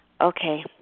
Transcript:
Okay